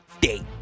date